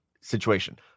situation